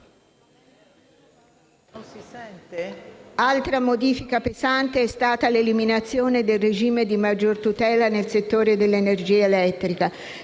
Altra modifica pesante è stata l'eliminazione del regime di maggior tutela nel settore dell'energia elettrica,